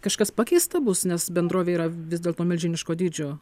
kažkas pakeista bus nes bendrovė yra vis dėlto milžiniško dydžio